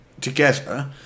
together